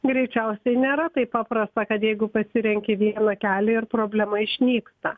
greičiausiai nėra taip paprasta kad jeigu pasirenki vieną ir problema išnyksta